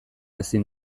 ezin